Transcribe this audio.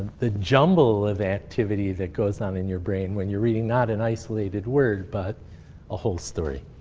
the jumble of activity that goes on in your brain when you're reading not an isolated word, but a whole story.